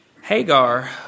Hagar